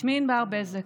שמי ענבר בזק,